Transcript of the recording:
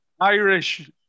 Irish